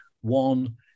one